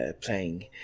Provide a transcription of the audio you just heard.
playing